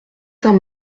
saint